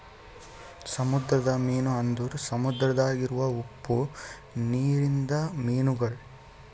ಸಮುದ್ರದ ಮೀನು ಅಂದುರ್ ಸಮುದ್ರದಾಗ್ ಇರವು ಉಪ್ಪು ನೀರಿಂದ ಮೀನುಗೊಳ್